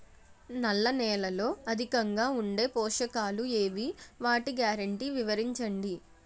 నల్ల నేలలో అధికంగా ఉండే పోషకాలు ఏవి? వాటి గ్యారంటీ వివరించండి?